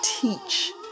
teach